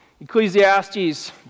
Ecclesiastes